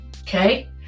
okay